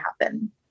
happen